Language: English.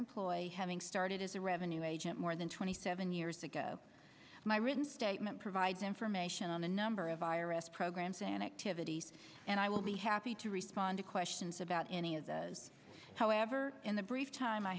employee having started as a revenue agent more than twenty seven years ago my written statement provides information on the number of virus programs and activities and i will be happy to respond to questions about any of the however in the brief time i